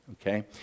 okay